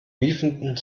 miefenden